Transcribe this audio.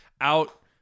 Out